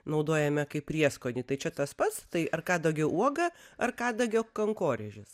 naudojame kaip prieskonį tai čia tas pats tai ar kadagio uoga ar kadagio kankorėžis